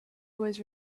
always